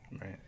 right